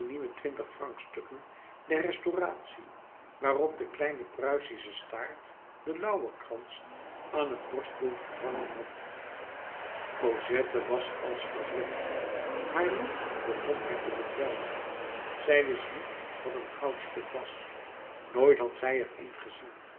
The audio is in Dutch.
twintig francstukken der restauratie waarop de kleine pruisische staart den lauwerkrans aan het borstbeeld vervangen had cosette was als verblind haar lot begon haar te bedwelmen zij wist niet wat een goudstuk was nooit had zij er een gezien